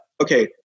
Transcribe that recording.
okay